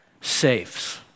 saves